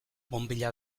bonbilla